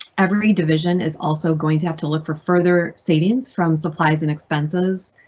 every division is also going to have to look for further savings from supplies and expenses,